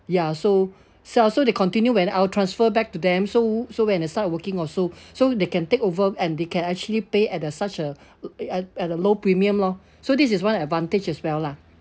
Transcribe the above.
ya so so they'll continue when I'll transfer back to them so so when they start working also so they can take over and they can actually pay at the such a at at a low premium lor so this is one advantage as well lah